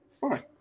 Fine